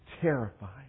terrified